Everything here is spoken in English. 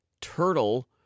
turtle